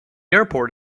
airport